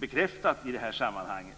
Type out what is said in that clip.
bekräftat i det här sammanhanget.